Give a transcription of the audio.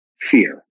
fear